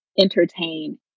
entertain